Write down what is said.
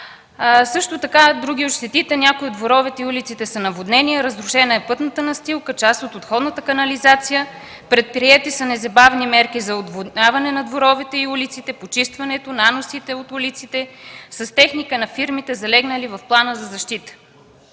Също така други от щетите: някои от дворовете и улиците са наводнени, разрушена е пътната настилка и част от отходната канализация. Предприети са незабавни мерки за отводняване на дворовете и улиците, почистването, наносите от улиците с техника на фирмите, залегнали в плана за защита.